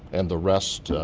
and the rest.